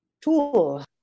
tool